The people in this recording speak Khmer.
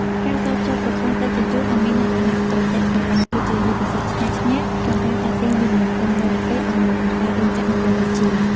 ការតភ្ជាប់ប្រព័ន្ធដឹកជញ្ជូនឱ្យមានលក្ខណៈប្រទាក់ក្រឡា គឺជាយុទ្ធសាស្ត្រឈ្នះ-ឈ្នះ ក្នុងការទាក់ទាញវិនិយោគិនបរទេសឱ្យមកបង្កើតរោងចក្រនៅកម្ពុជា។